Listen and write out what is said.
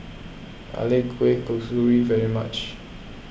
I like Kueh Kasturi very much